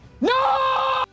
no